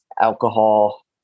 alcohol